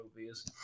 movies